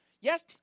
Yes